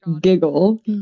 giggle